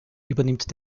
übernimmt